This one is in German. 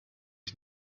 ich